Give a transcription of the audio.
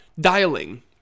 Dialing